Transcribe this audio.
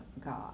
God